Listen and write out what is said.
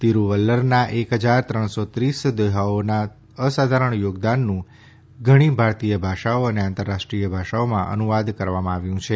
તિરુવલ્લરના એક હજાર ત્રણસો ત્રીસ દોહાઓના અસાધારણ યોગદાનનું ઘણા ભારતીય ભાષાઓ અને આંતરરાષ્ટ્રીય ભાષાઓમાં અનુવાદ કરવામાં આવ્યું છે